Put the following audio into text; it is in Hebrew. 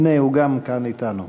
הנה, הוא גם כאן אתנו.